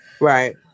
Right